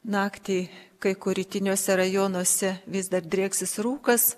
naktį kai kur rytiniuose rajonuose vis dar drieksis rūkas